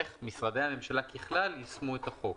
איך משרדי הממשלה ככלל יישמו את החוק,